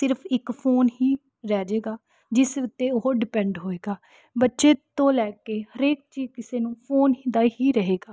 ਸਿਰਫ਼ ਇੱਕ ਫੋਨ ਹੀ ਰਹਿ ਜੇਗਾ ਜਿਸ ਉੱਤੇ ਉਹ ਡੀਪੈਂਡ ਹੋਏਗਾ ਬੱਚੇ ਤੋਂ ਲੈ ਕੇ ਹਰੇਕ 'ਚ ਕਿਸੇ ਨੂੰ ਫੋਨ ਦਾ ਹੀ ਰਹੇਗਾ